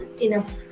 enough